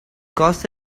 caused